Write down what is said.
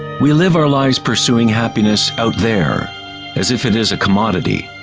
we live our lives pursuing happiness out there as if it is a commodity.